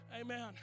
Amen